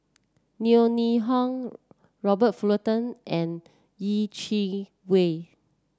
Yeo Ning Hong Robert Fullerton and Yeh Chi Wei